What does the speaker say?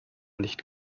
nicht